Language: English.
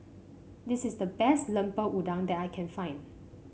this is the best Lemper Udang that I can find